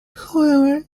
however